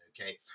Okay